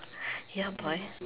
ya boy